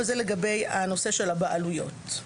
זה לגבי נושא הבעלויות.